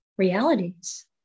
realities